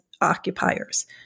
occupiers